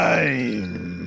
Time